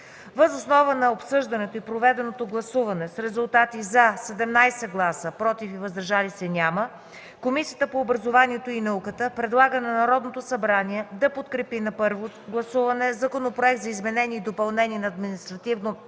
Въз основа на обсъждането и проведеното гласуване с резултати: „за” – 17 гласа, без „против” и „въздържали се”, Комисията по образованието и науката предлага на Народното събрание да подкрепи на първо гласуване Законопроект за изменение и допълнение на Административнопроцесуалния